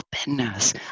openness